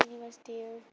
university